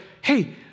Hey